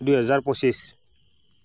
দুহেজাৰ পঁচিছ